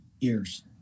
years